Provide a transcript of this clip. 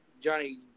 Johnny